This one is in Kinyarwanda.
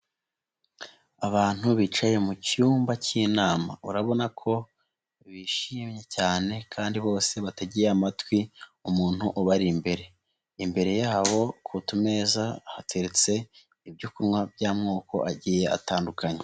Abantu bicaye mucyumba k'inama urabona ko bishimye cyane kandi bose bategeye amatwi umuntu ubari imbere. Imbere yabo ku tumeza hateretse ibyo kunywa by'amoko agiye atandukanye.